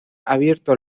abierto